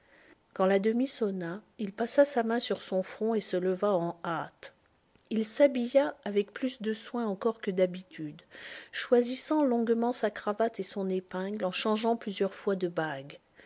quand la demie sonna il passa sa main sur son front et se leva en hâte il s'habilla avec plus de soin encore que d'habitude choisissant longuement sa cravate et son épingle en changeant plusieurs fois de bagues